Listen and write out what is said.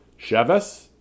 sheves